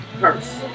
curse